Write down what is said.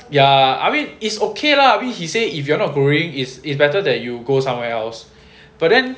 ya I mean it's okay lah we he said if you are not worrying is it's better that you go somewhere else but then